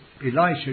Elisha